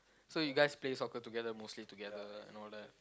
so you guys play soccer together mostly together and all that